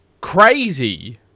crazy